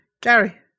Gary